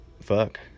Fuck